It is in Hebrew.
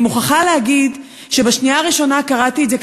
אני מוכרחה להגיד שבשנייה הראשונה קראתי את זה,